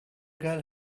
girl